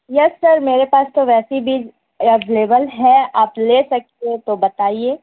یس sir میرے پاس تو ویسی بھی اویلیبل ہے آپ لے سکتے ہو تو بتائیے